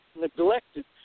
neglected